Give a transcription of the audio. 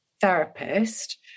therapist